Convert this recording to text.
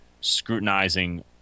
scrutinizing